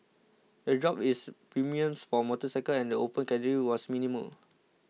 the drop is premiums for motorcycles and the Open Category was minimal